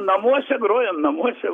namuose groja namuose